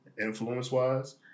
influence-wise